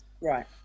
Right